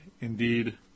indeed